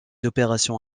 opérations